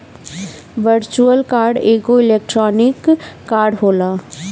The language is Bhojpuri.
वर्चुअल कार्ड एगो इलेक्ट्रोनिक कार्ड होला